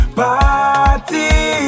party